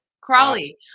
crawley